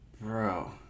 bro